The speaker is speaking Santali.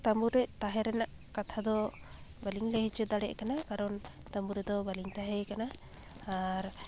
ᱛᱟᱢᱵᱩᱨᱮ ᱛᱟᱦᱮᱱ ᱨᱮᱱᱟᱜ ᱠᱟᱛᱷᱟ ᱫᱚ ᱵᱟᱞᱤᱝ ᱞᱟᱹᱭᱦᱚᱪᱚ ᱫᱟᱲᱮᱭᱟᱜ ᱠᱟᱱᱟ ᱠᱟᱨᱚᱱ ᱛᱟᱢᱵᱩ ᱨᱮᱫᱚ ᱵᱟᱞᱤᱝ ᱛᱟᱦᱮᱸᱭᱟᱠᱟᱱᱟ ᱟᱨ